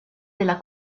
della